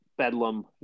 Bedlam